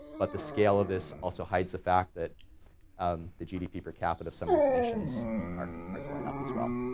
but the scale of this also hides the fact that um the gdp per capita of some of these nations are are going up as well.